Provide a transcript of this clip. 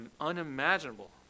unimaginable